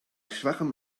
schwachem